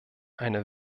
eine